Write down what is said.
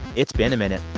it's been a minute.